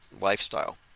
lifestyle